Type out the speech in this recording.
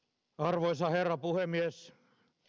arvoisa herra puhemies